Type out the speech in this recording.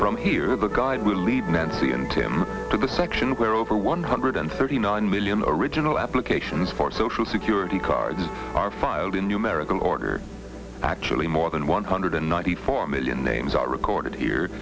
from here the guide will lead nancy and tim to the section where over one hundred thirty nine million original applications for social security cards are filed in numerical order actually more than one hundred and ninety four million names are recorded here